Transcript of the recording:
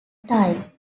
time